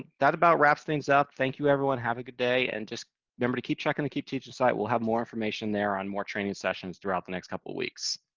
that about wraps things up. thank you, everyone, have a good day and just remember to keep checking the keep teaching site, we'll have more information there on more training sessions throughout the next couple of weeks.